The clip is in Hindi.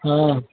हाँ